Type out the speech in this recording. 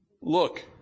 Look